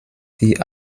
die